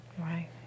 right